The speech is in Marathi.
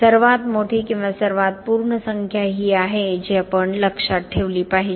सर्वात मोठी किंवा सर्वात पूर्ण संख्या ही आहे जी आपण लक्षात ठेवली पाहिजे